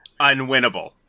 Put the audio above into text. unwinnable